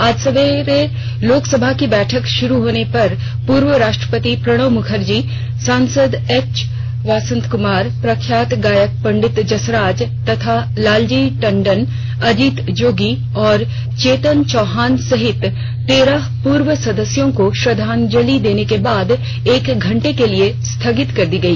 आज सवेरे लोकसभा की बैठक शुरू होने पर पूर्व राष्ट्रपति प्रणब मुखर्जी सांसद एच वसंत कुमार प्रख्यात गायक पंडित जसराज तथा लालजी टंडन अजीत जोगी और चेतन चौहान सहित तेरह पूर्व सदस्यों को श्रद्दांजलि देने के बाद एक घंटे के लिए स्थगित कर दी गई